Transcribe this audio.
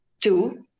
two